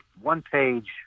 one-page